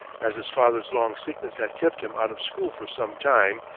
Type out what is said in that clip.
as his father's long sickness had kept him out of school for some time,